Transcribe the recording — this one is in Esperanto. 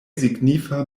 signifa